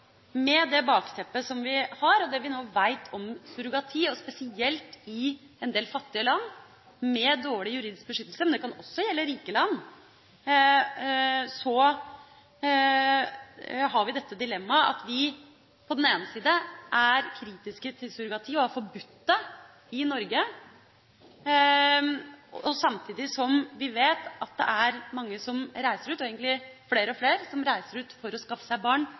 med det bakteppet som vi har, og det vi nå vet om surrogati og spesielt i en del fattige land med dårlig juridisk beskyttelse, men det kan også gjelde rike land, at vi på den ene siden er kritiske til surrogati og har forbudt det i Norge, samtidig som vi vet at det er mange som reiser ut – og egentlig flere og flere – for å skaffe seg barn